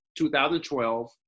2012